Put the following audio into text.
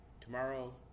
tomorrow